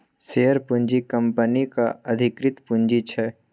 share पूँजी कंपनीक अधिकृत पुंजी छै